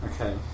Okay